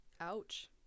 Ouch